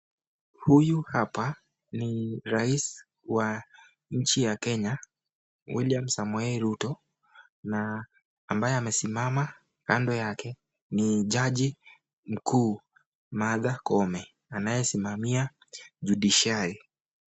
Huyu hapa ni rais wa nchi ya Kenya, William Samoe Rutto na ambaye amesimama kando yake ni jaji mkuu Martha Koome anayesimamia judiciary .